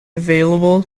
available